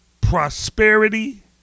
prosperity